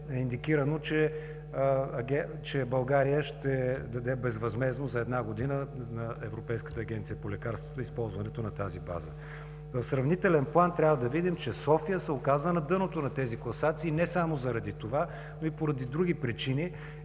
е индикирано, че България ще даде безвъзмездно за една година на Европейската агенция по лекарствата използването на тази база. В сравнителен план трябва да видим, че София се оказа на дъното на тези класации, не само заради това, но и поради други причини,